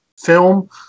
film